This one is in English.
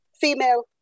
female